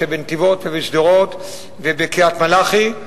אני, אדוני,